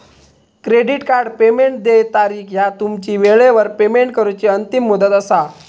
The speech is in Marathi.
क्रेडिट कार्ड पेमेंट देय तारीख ह्या तुमची वेळेवर पेमेंट करूची अंतिम मुदत असा